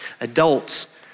adults